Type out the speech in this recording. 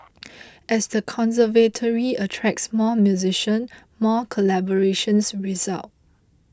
as the conservatory attracts more musician more collaborations result